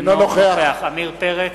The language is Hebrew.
אינו נוכח עמיר פרץ,